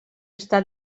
està